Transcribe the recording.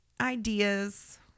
ideas